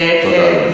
תודה רבה.